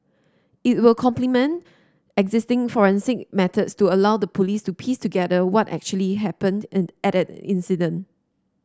it will complement existing forensic methods to allow the Police to piece together what actually happened end at an incident